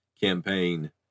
campaign